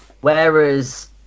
whereas